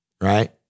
Right